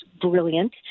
brilliant